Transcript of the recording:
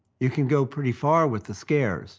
you can go pretty far with the scares.